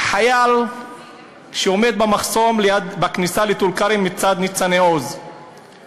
חייל שעומד במחסום בכניסה לטול-כרם מצד ניצני-עוז,